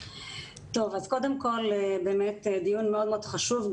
טוב, אז קודם כל באמת דיון מאוד חשוב.